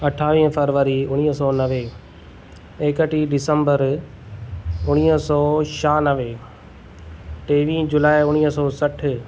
अठावीह फरवरी उणिवीह सौ नवे एकटीह दिसम्बर उणिवीह सौ छहानवे टेवीह जुलाई उणिवीह सौ सठि